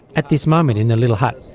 at this moment in the little hut,